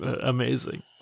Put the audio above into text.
amazing